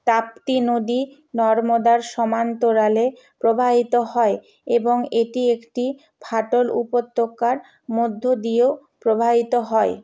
তাপ্তি নদী নর্মদার সমান্তরালে প্রবাহিত হয় এবং এটি একটি ফাটল উপত্যকার মধ্যে দিয়েও প্রবাহিত হয়